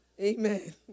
Amen